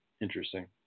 Interesting